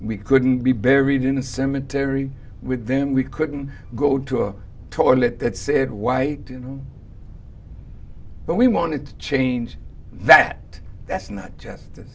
we couldn't be buried in a cemetery with them we couldn't go to a toilet that said why didn't but we wanted to change that that's not justice